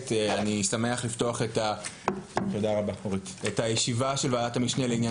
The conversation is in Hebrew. אני שמח לפתוח את ישיבת ועדת המשנה לעניין